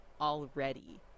already